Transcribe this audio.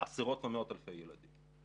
לכמות גדולה מאוד של ילדים.